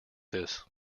this